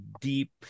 deep